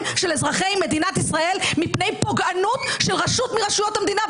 של אזרחי מדינת ישראל מפני פוגענות של רשות מרשויות המדינה,